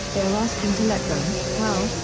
they are asking to let them, well,